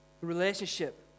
relationship